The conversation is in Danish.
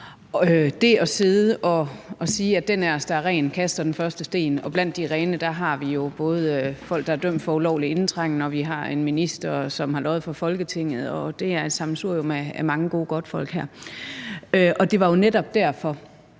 Man kan sidde og sige, at den af os, der er ren, kaster den første sten, men blandt de rene har vi jo både folk, der er dømt for ulovlig indtrængen, og vi har en minister, som har løjet for Folketinget, og det er et sammensurium af godtfolk her. Og det var jo netop derfor